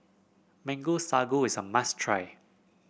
Mango Sago is a must try